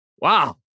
wow